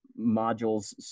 modules